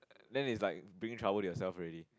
then it's like bringing trouble to yourself already